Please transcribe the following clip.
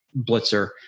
blitzer